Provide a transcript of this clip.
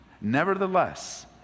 nevertheless